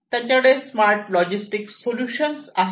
त्यांच्याकडे smart logistic solutions आहेत